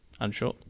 Unsure